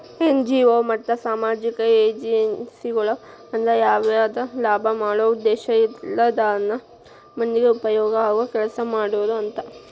NGO ಮತ್ತ ಸಾಮಾಜಿಕ ಏಜೆನ್ಸಿಗಳು ಅಂದ್ರ ಯಾವದ ಲಾಭ ಮಾಡೋ ಉದ್ದೇಶ ಇರ್ಲಾರ್ದನ ಮಂದಿಗೆ ಉಪಯೋಗ ಆಗೋ ಕೆಲಸಾ ಮಾಡೋರು ಅಂತ